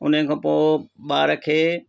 उन खां पोइ ॿार खे